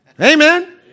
Amen